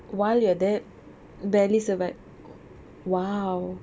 while you're there barely surviv~ !wow!